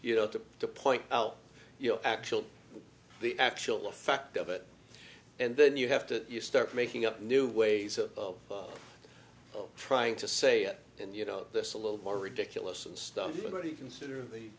you know to to point out you know actual the actual effect of it and then you have to start making up new ways of trying to say it and you know this a little more ridiculous and stuff you're going to consider the